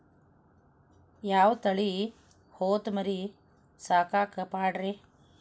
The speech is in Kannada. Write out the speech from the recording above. ಯಾವ ತಳಿ ಹೊತಮರಿ ಸಾಕಾಕ ಪಾಡ್ರೇ?